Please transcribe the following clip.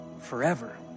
forever